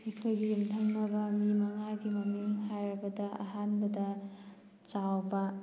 ꯑꯩꯈꯣꯏꯒꯤ ꯌꯨꯝꯊꯪꯅꯕ ꯃꯤ ꯃꯉꯥꯒꯤ ꯃꯃꯤꯡ ꯍꯥꯏꯔꯕꯗ ꯑꯍꯥꯟꯕꯗ ꯆꯥꯎꯕ